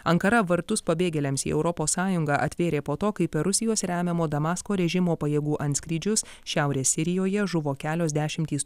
ankara vartus pabėgėliams į europos sąjungą atvėrė po to kai per rusijos remiamo damasko režimo pajėgų antskrydžius šiaurės sirijoje žuvo kelios dešimtys